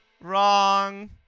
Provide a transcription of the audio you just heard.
Wrong